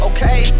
Okay